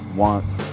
wants